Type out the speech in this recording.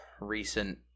recent